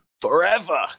forever